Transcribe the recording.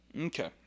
Okay